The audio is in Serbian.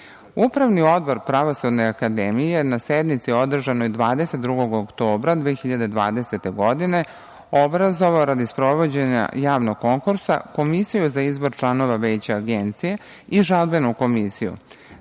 odbor Pravosudne akademije na sednici održanoj 22. oktobra 2020. godine obrazovao je radi sprovođenja javnog konkursa Komisiju za izbor članova Veća Agencije i Žalbenu komisiju.Za